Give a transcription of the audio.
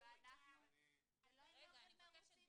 ואנחנו ----- מרוצים